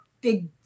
big